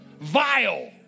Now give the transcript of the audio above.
vile